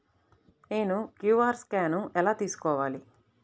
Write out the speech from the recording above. నేను QR scan ఎలా తీసుకోవాలి?